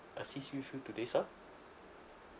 assist you through today sir